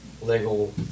legal